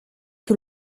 que